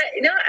No